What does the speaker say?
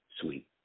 sweet